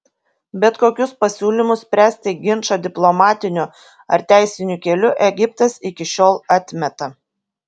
bet kokius pasiūlymus spręsti ginčą diplomatiniu ar teisiniu keliu egiptas iki šiol atmeta